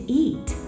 eat